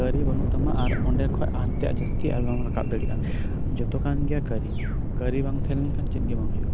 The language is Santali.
ᱠᱟᱹᱨᱤ ᱵᱟᱹᱱᱩᱜ ᱛᱟᱢᱟ ᱟᱨ ᱚᱸᱰᱮ ᱠᱷᱚᱱ ᱦᱟᱱᱛᱮ ᱡᱟᱹᱥᱛᱤ ᱟᱨ ᱵᱟᱢ ᱨᱟᱠᱟᱵ ᱫᱟᱲᱤᱭᱟᱜ ᱡᱷᱚᱛᱚᱠᱟᱱ ᱜᱮᱭᱟ ᱠᱟᱹᱨᱤ ᱠᱟᱹᱨᱤ ᱵᱟᱝ ᱛᱟᱦᱮᱸ ᱞᱮᱱᱠᱷᱟᱱ ᱪᱮᱫ ᱜᱮ ᱵᱟᱝ ᱦᱳᱭᱳᱜᱼᱟ